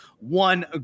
one